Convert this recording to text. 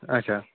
اَچھا